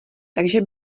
takže